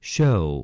Show